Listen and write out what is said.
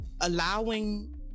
allowing